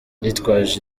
yitwaje